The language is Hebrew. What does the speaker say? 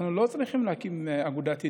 אנחנו לא צריכים להקים אגודת ידידות,